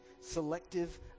selective